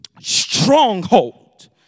stronghold